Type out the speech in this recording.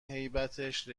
هیبتش